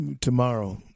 tomorrow